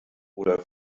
oder